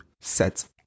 sets